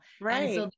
right